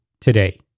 today